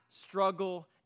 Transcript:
struggle